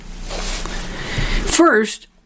First